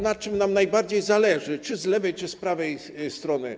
Na czym nam najbardziej zależy, czy z lewej, czy z prawej strony?